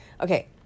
Okay